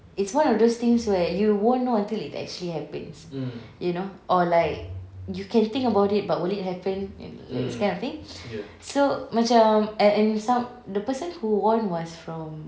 it's one of those things where you won't know until it actually happens you know or like you can think about it but will it happen this kind of thing so macam and some the person who won was from